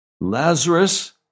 Lazarus